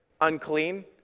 Unclean